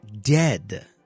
dead